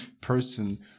person